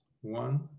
one